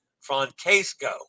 Francesco